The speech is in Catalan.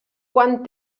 quant